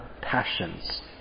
passions